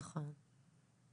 נכון, נכון.